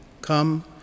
Come